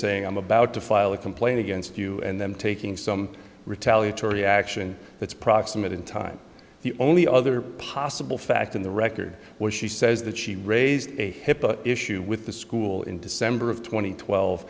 saying i'm about to file a complaint against you and them taking some retaliatory action that's proximate in time the only other possible fact in the record where she says that she raised a hipaa issue with the school in december of tw